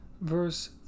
Verse